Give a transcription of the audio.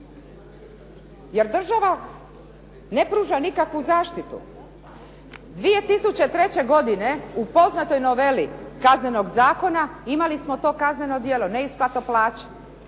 Jer država ne pruža nikakvu zaštitu. 2003. godine u poznatoj noveli Kaznenog zakona imali smo to kazneno djelo neisplata plaća.